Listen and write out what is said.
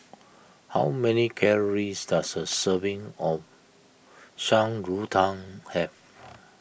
how many calories does a serving of Shan Rui Tang have